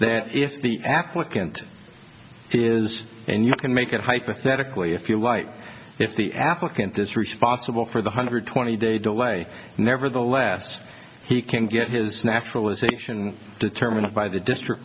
that if the applicant is and you can make it hypothetically if you're white if the applicant this responsible for the hundred twenty they don't weigh nevertheless he can get his naturalization determined by the district